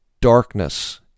darkness